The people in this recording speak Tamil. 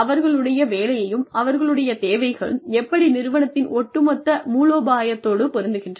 அவர்களுடைய வேலையும் அவர்களுடைய தேவைகளும் எப்படி நிறுவனத்தின் ஒட்டுமொத்த மூலோபாயத்தோடு பொருந்துகின்றன